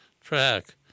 track